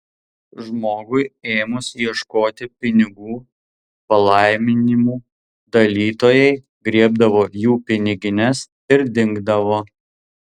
žmogui ėmus ieškoti pinigų palaiminimų dalytojai griebdavo jų pinigines ir dingdavo